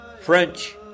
French